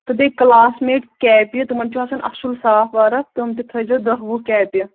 تہٕ بیٚیہِ classmate کاپیہِ تِمَن چھُ آسان اَصٕل صاف ورق تٔمۍ تہِ تھٲیزیو دَہ وُہ کاپیہِ